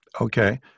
Okay